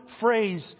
phrase